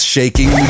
Shaking